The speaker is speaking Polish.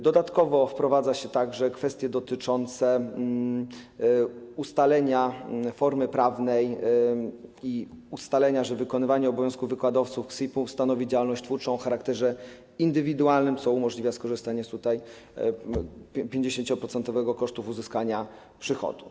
Dodatkowo wprowadza się także kwestie dotyczące ustalenia formy prawnej i ustalenia, że wykonywanie obowiązków wykładowców KSSiP-u stanowi działalność twórczą o charakterze indywidualnym, co umożliwia skorzystanie z 50-procentowego kosztu uzyskania przychodu.